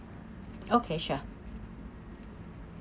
okay sure